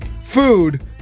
food